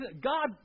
God